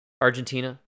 Argentina